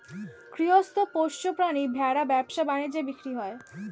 গৃহস্থ পোষ্য প্রাণী ভেড়া ব্যবসা বাণিজ্যে বিক্রি হয়